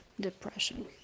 depression